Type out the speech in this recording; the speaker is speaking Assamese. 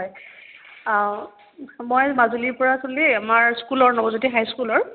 হয় মই মাজুলীৰ পৰা আমাৰ স্কুলৰ নৱজোতি হাইস্কুলৰ